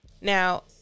Now